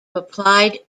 applied